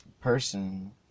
person